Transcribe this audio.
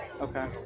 Okay